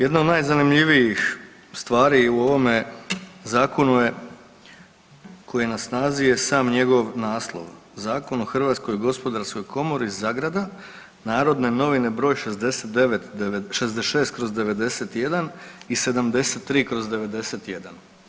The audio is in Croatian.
Jedna od najzanimljivijih stvari u ovome zakonu je koji je na snazi je sam njegov naslov Zakon o Hrvatskoj gospodarskoj komori zagrada Narodne novine broj 66/91 i 73/91.